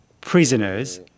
prisoners